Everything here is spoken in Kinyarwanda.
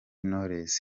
knowless